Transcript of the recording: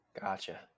Gotcha